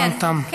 הזמן תם.